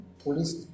police